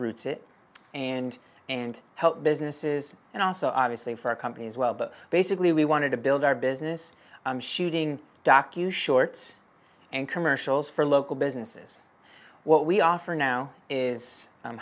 roots it and and help businesses and also obviously for a company as well but basically we wanted to build our business i'm shooting docu shorts and commercials for local businesses what we offer now is